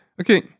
okay